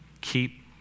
Keep